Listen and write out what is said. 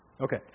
Okay